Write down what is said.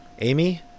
Amy